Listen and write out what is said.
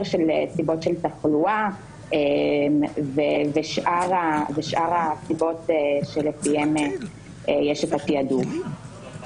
של סיבות של תחלואה ושאר הסיבות שלפיהן יש את התעדוף.